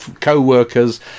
co-workers